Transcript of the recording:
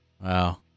Wow